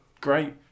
great